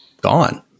gone